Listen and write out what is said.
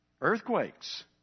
earthquakes